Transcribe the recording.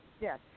Yes